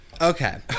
Okay